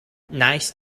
nice